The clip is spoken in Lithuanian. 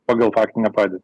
pagal faktinę padėtį